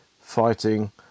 fighting